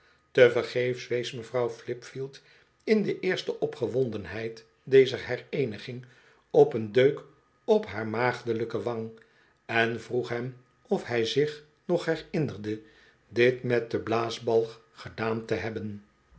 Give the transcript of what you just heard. wees mevrouw flipfield in de eerste opgewondenheid dezer hereeniging op een deuk op haar maagdelijke wang en vroeg hem of hy zich nog herinnerde dit met den blaasbalg gedaan te hebben